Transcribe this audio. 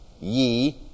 ye